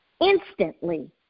instantly